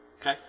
Okay